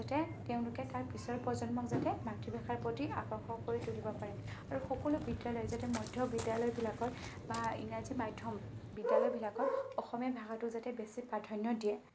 যাতে তেওঁলোকে তাৰ পিছৰ প্ৰজন্মক যাতে মাতৃভাষাৰ প্ৰতি আকৰ্ষণ কৰি তুলিব পাৰে আৰু সকলো বিদ্যালয় যাতে মধ্যবিদ্যালয়বিলাকত বা ইংৰাজী মাধ্যম বিদ্যালয়বিলাকত অসমীয়া ভাষাটো যাতে বেছি প্ৰাধান্য দিয়ে